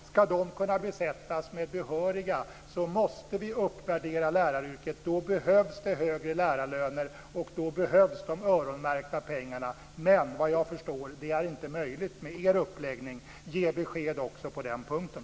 Ska de kunna besättas med behöriga lärare måste vi uppvärdera läraryrket. Då behövs det högre lärarlöner och de öronmärkta pengarna. Såvitt jag förstår är det inte möjligt med er uppläggning. Ge besked också på den punkten.